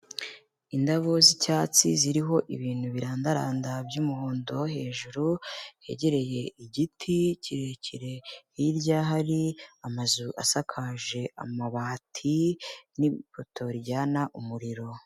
Indabo z'icyatsi ziriho ibintu birandaranda by'umuhondo hejuru, hegereye igiti kirekire, hirya hari amazu asakaje amabati, n'ibipoto bijyana umuriro.